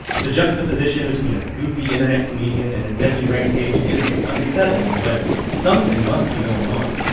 the juxtaposition between a goofy internet comedian and a deadly rampage is unsettling, but something must be going on.